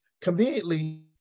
Conveniently